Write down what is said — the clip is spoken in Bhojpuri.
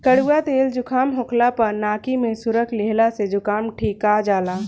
कड़ुआ तेल जुकाम होखला पअ नाकी में सुरुक लिहला से जुकाम ठिका जाला